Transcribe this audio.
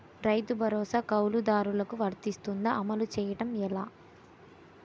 రైతు భరోసా కవులుదారులకు వర్తిస్తుందా? అమలు చేయడం ఎలా